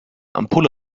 ampulle